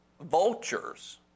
vultures